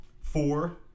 four